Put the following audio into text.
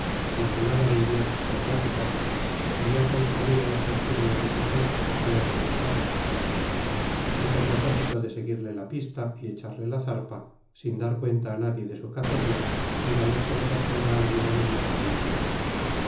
cristianos blasonaba de ideas estrambóticas y solía concurrir a las tertulias de café peor reputadas hizo propósito de seguirle la pista y de echarle la zarpa sin dar cuenta a nadie de su cacería ni valerse de persona alguna militar ni civil